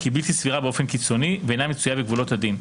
היא בלתי סבירה באופן קיצוני ואינה מצויה בגבולות הדין.